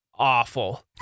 awful